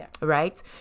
right